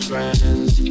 Friends